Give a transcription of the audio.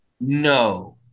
No